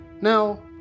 Now